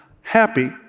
happy